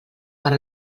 per